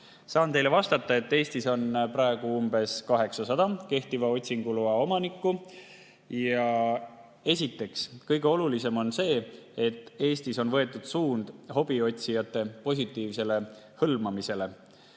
Saan teile vastata, et Eestis on praegu umbes 800 kehtiva otsinguloa omanikku ja kõige olulisem on see, et Eestis on võetud suund hobiotsijate positiivsele hõlmamisele.